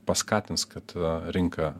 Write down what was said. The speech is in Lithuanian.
paskatins kad rinka